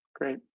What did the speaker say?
Great